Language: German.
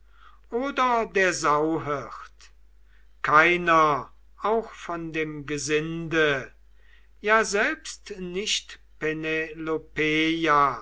oder der sauhirt keiner auch von dem gesinde ja selbst nicht